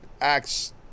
acts